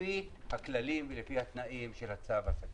מהר לפי הכללים ולפי התנאים של התו הסגול.